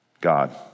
God